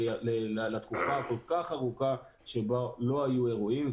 לתקופה הכול כך ארוכה שבה לא היו אירועים.